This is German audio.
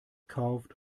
kauft